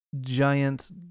giant